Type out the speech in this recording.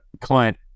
Clint